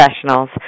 Professionals